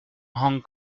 hong